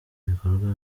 bikorwa